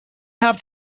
have